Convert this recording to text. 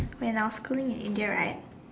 when I was schooling in India right